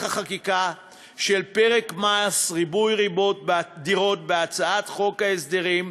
החקיקה של פרק מס ריבוי דירות בהצעת חוק ההסדרים,